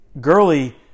Gurley